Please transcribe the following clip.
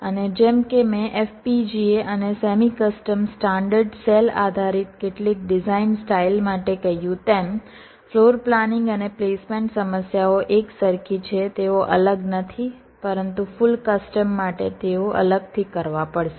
અને જેમ કે મેં FPGA અને સેમી કસ્ટમ સ્ટાન્ડર્ડ સેલ આધારિત કેટલીક ડિઝાઇન સ્ટાઇલ માટે કહ્યું તેમ ફ્લોર પ્લાનિંગ અને પ્લેસમેન્ટ સમસ્યાઓ એકસરખી છે તેઓ અલગ નથી પરંતુ ફુલ કસ્ટમ માટે તેઓ અલગથી કરવા પડશે